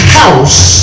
house